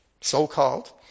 so-called